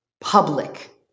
public